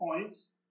points